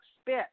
spit